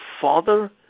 father